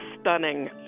stunning